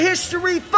History